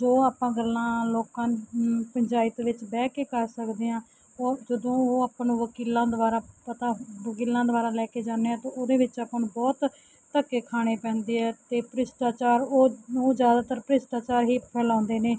ਜੋ ਆਪਾਂ ਗੱਲਾਂ ਲੋਕਾਂ ਪੰਚਾਇਤ ਵਿੱਚ ਬਹਿ ਕੇ ਕਰ ਸਕਦੇ ਹਾਂ ਉਹ ਜਦੋਂ ਉਹ ਆਪਾਂ ਨੂੰ ਵਕੀਲਾਂ ਦੁਆਰਾ ਪਤਾ ਵਕੀਲਾਂ ਦੁਆਰਾ ਲੈ ਕੇ ਜਾਂਦੇ ਹਾਂ ਅਤੇ ਉਹਦੇ ਵਿੱਚ ਆਪਾਂ ਨੂੰ ਬਹੁਤ ਧੱਕੇ ਖਾਣੇ ਪੈਂਦੇ ਅਤੇ ਭ੍ਰਿਸ਼ਟਾਚਾਰ ਉਹ ਉਹ ਜ਼ਿਆਦਾਤਰ ਭ੍ਰਿਸ਼ਟਾਚਾਰ ਹੀ ਫੈਲਾਉਂਦੇ ਨੇ